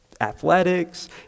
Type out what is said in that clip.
athletics